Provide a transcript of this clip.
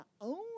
own